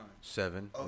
Seven